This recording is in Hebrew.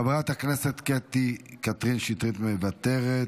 חברת הכנסת קטי קטרין שטרית, מוותרת.